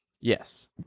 Yes